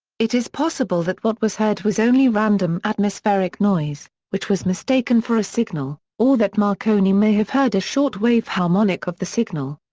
it is possible that what was heard was only random atmospheric noise, which was mistaken for a signal, or that marconi may have heard a shortwave harmonic of the signal.